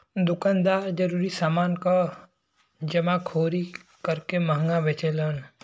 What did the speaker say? दुकानदार जरूरी समान क जमाखोरी करके महंगा बेचलन